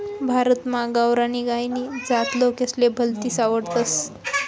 भारतमा गावरानी गायनी जात लोकेसले भलतीस आवडस